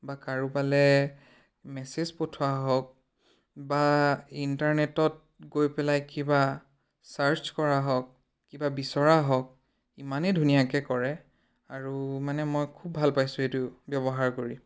বা কাৰোবালৈ মেছেজ পঠিওৱা হওক বা ইণ্টাৰনেটত গৈ পেলাই কিবা ছাৰ্চ কৰা হওক কিবা বিচৰা হওক ইমানেই ধুনীয়াকৈ কৰে আৰু মানে মই খুব ভাল পাইছোঁ এইটো ব্যৱহাৰ কৰি